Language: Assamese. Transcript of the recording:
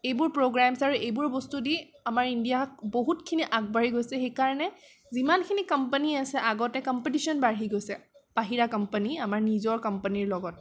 এইবোৰ প্ৰগ্ৰেমছ আৰু এইবোৰ বস্তু দি আমাৰ ইণ্ডিয়াক বহুতখিনি আগবাঢ়ি গৈছে সেইকাৰণে যিমানখিনি কম্পানি আছে আগতে কম্পিটিচন বাঢ়ি গৈছে বাহিৰা কম্পানি আমাৰ নিজৰ কম্পানিৰ লগত